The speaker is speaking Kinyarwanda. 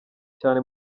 cyane